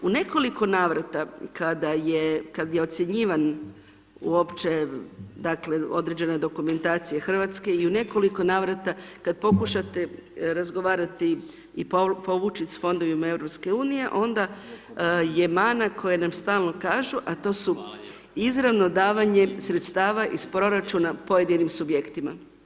U nekoliko navrata kada je, kad je ocjenjivan, uopće dakle, određena dokumentacija Hrvatske, i u nekoliko navrata kad pokušate razgovarati i povući sa fondovima Europske unije, onda je mana koja nam stalno kažu, a to su izravno davanje sredstava iz proračuna pojedinim subjektima.